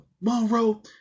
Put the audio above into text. Monroe